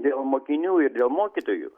dėl mokinių ir dėl mokytojų